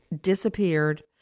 disappeared